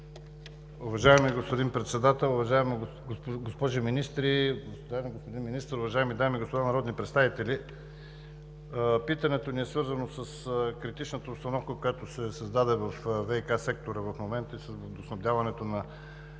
Уважаеми господин Председател, уважаеми госпожи министри, уважаеми господин Министър, уважаеми дами и господа народни представители! Питането ни е свързано с критичната обстановка, която се създаде във ВиК сектора в момента с водоснабдяването на